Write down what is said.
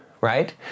right